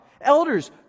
Elders